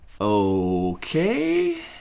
Okay